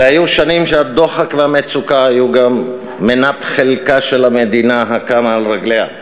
אלה היו שנים שהדוחק והמצוקה היו גם מנת חלקה של המדינה הקמה על רגליה,